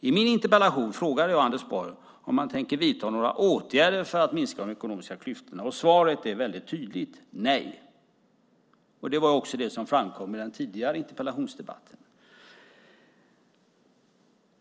I min interpellation frågade jag Anders Borg om han tänker vidta några åtgärder för att minska de ekonomiska klyftorna, och svaret är väldigt tydligt nej. Det var också det som framkom i den tidigare interpellationsdebatten.